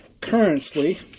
Currently